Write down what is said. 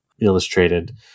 illustrated